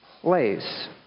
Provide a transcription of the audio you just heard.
place